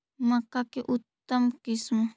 मक्का के उतम किस्म?